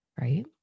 right